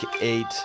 eight